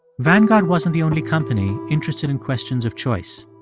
vanguard wasn't the only company interested in questions of choice.